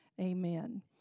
amen